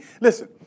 listen